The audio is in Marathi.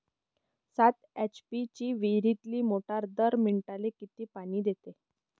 सात एच.पी ची विहिरीतली मोटार दर मिनटाले किती पानी देते?